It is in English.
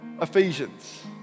Ephesians